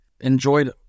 enjoyed